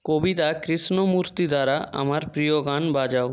কবিতা কৃষ্ণমূর্তি দ্বারা আমার প্রিয় গান বাজাও